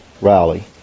rally